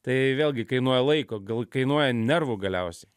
tai vėlgi kainuoja laiko galu kainuoja nervų galiausiai